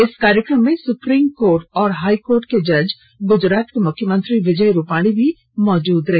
इस कार्यक्रम में सुप्रीम कोर्ट और हाई कोर्ट के जज गुजरात के मुख्यमंत्री विजय रुपानी भी मौजूद रहे